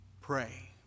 pray